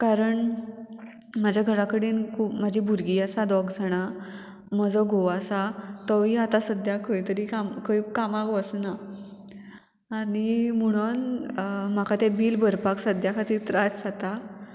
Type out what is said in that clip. कारण म्हाज्या घरा कडेन खूब म्हाजी भुरगीं आसा दोग जाणां म्हजो घोव आसा तोवूय आतां सद्द्या खंय तरी काम खंय कामाक वचना आनी म्हणोन म्हाका तें बील भरपाक सद्या खातीर त्रास जाता